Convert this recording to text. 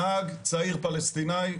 נהג צעיר פלסטיני,